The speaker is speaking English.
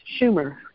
Schumer